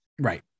Right